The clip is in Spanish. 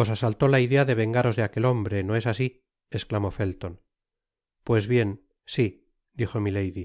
os asaltó la idea de vengaros de aquel hombre no es asi esclamó felton pues bien si dijo milady